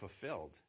fulfilled